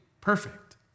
perfect